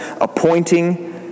appointing